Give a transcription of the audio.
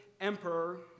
emperor